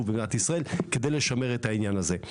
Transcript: במדינת ישראל כדי לשמר את העניין הזה.